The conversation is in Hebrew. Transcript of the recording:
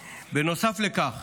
נוסף לכך